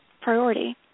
priority